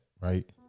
right